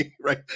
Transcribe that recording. Right